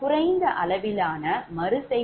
குறைந்த அளவிலான மறு செய்கைளைக் கொண்டு போக முடியாது